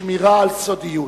שמירה על סודיות."